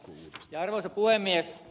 arvoisa puhemies